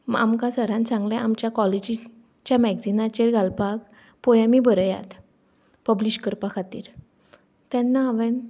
आमकां सरान सांगलें आमच्या कॉलेजीच्या मॅग्जिनाचेर घालपाक पोयमी बरयात पब्लीश करपा खातरी तेन्ना हांवेंन